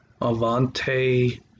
Avante